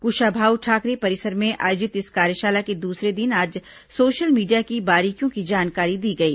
कुशाभाऊ ठाकरे परिसर में आयोजित इस कार्यशाला के दूसरे दिन आज सोशल मीडिया की बारीकियों की जानकारी दी गई